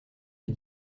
les